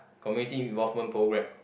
community involvement programme